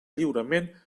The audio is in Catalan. lliurement